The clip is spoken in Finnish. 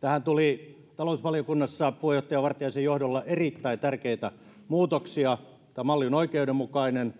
tähän tuli talousvaliokunnassa puheenjohtaja vartiaisen johdolla erittäin tärkeitä muutoksia tämä malli on oikeudenmukainen